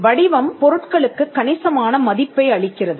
வடிவம் பொருட்களுக்கு கணிசமான மதிப்பை அளிக்கிறது